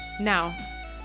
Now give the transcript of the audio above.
Now